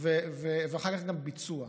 ואחר כך גם ביצוע.